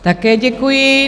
Také děkuji.